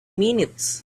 minutes